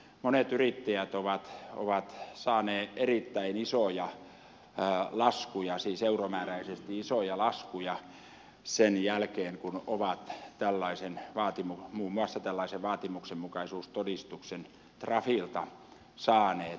monet yrittäjät ovat saaneet erittäin isoja laskuja siis euromääräisesti isoja laskuja sen jälkeen kun ovat muun muassa tällaisen vaatimuksenmukaisuustodistuksen trafilta saaneet